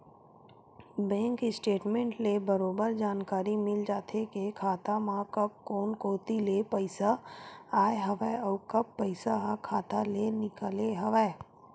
bank statement ले बरोबर जानकारी मिल जाथे के खाता म कब कोन कोती ले पइसा आय हवय अउ कब पइसा ह खाता ले निकले हवय